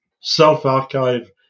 self-archive